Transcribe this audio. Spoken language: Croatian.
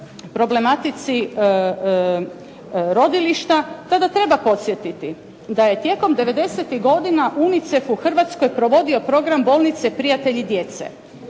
problematici rodilišta tada treba podsjetiti da je tijekom devedesetih godina UNICEF u Hrvatskoj provodio program “Bolnice prijatelji djece“.